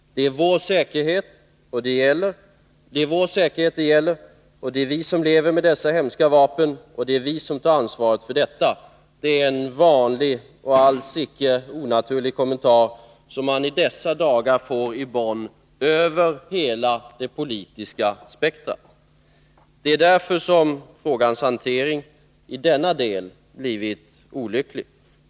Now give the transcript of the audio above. — Det är vår säkerhet det gäller, det är vi som lever med dessa hemska vapen, det är vi som tar ansvaret för detta — detta är en vanlig och alls icke onaturlig kommentar, som man i dessa dagar får i Bonn över hela det politiska spektret. Det är därför frågans hantering i denna del blivit olycklig.